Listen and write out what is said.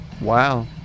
Wow